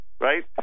Right